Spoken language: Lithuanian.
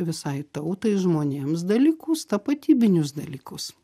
visai tautai žmonėms dalykus tapatybinius dalykus